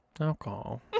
alcohol